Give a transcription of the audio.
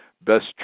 best